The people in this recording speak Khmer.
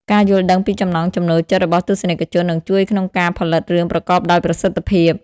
ការយល់ដឹងពីចំណង់ចំណូលចិត្តរបស់ទស្សនិកជននឹងជួយក្នុងការផលិតរឿងប្រកបដោយប្រសិទ្ធភាព។